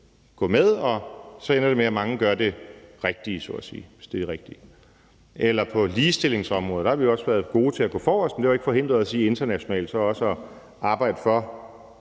gå med, og så ender det med, at mange gør det så at sige rigtige, hvis det er det rigtige. På ligestillingsområdet har vi også været gode til at gå forrest, men det har jo ikke forhindret os i internationalt så også at arbejde for,